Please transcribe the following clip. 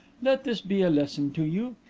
let this be a lesson to you.